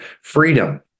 freedom